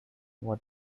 what